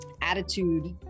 attitude